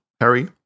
Harry